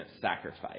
sacrifice